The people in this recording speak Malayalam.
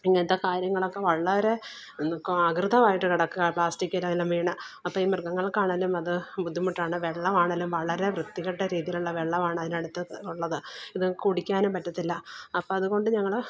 ഇങ്ങനത്തെ കാര്യങ്ങള് ഒക്കെ വളരെ അകൃതമായിട്ട് കിടക്കുകയാ പ്ലാസ്റ്റിക്കെല്ലാം വീണ് അപ്പോൾ ഈ മൃഗങ്ങള്ക്കാണെങ്കിലും അത് ബുദ്ധിമുട്ടാണ് വെള്ളമാണെങ്കിലും വളരെ വൃത്തികെട്ട രീതിയിലുള്ള വെള്ളമാണ് അതിന്റെ അടുത്ത് ഉള്ളത് ഇത് കുടിക്കാനും പറ്റത്തില്ല അപ്പോൾ അതുകൊണ്ട് ഞങ്ങൾ